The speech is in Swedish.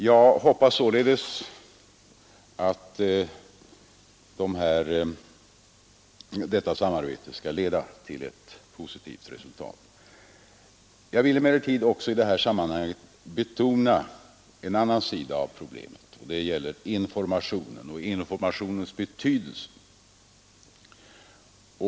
Jag hoppas således att detta samarbete skall ge ett positivt resultat. Jag vill emellertid i det här sammanhanget också betona en annan sida av problemet, nämligen informationen och dess betydelse.